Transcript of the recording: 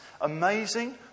amazing